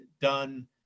done